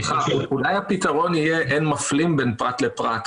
אולי הפתרון יהיה: אין מפלים בין פרט לפרט.